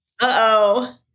Uh-oh